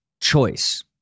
choice